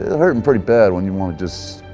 ah hurting pretty bad when you want to just.